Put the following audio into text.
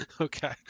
Okay